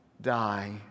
Die